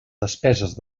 despeses